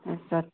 আচ্ছা